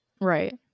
Right